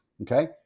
Okay